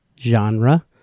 genre